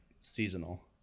seasonal